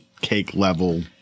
cake-level